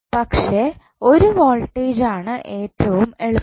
പക്ഷേ 1 വോൾടേജ് ആണ് ഏറ്റവും എളുപ്പം